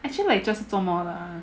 actually like just 做么 lah